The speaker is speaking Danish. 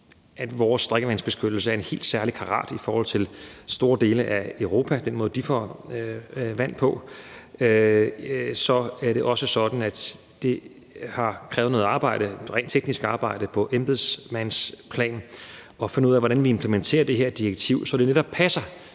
at vores drikkevandsbeskyttelse er af en helt særlig karat i forhold til store dele af Europa og den måde, de får vand på, så er det også sådan, at det har krævet noget arbejde, altså rent teknisk arbejde, på embedsmandsplan at finde ud af, hvordan vi implementerer det her direktiv, så det netop passer